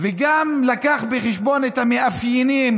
וגם לקח בחשבון את המאפיינים